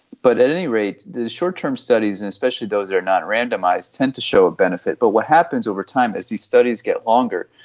but at any rate, the short-term studies and especially those that are not randomised, tend to show a benefit. but what happens over time is when the studies get longer,